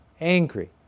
angry